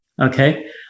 Okay